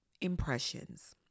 impressions